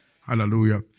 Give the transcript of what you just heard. Hallelujah